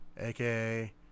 aka